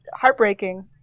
Heartbreaking